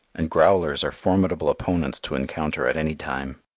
and growlers are formidable opponents to encounter at any time.